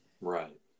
right